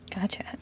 Gotcha